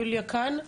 יוליה כאן?